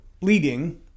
leading